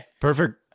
Perfect